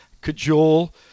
cajole